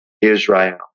Israel